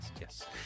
yes